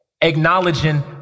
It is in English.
acknowledging